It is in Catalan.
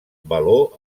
valor